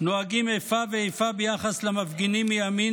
נוהגים איפה ואיפה ביחס למפגינים מימין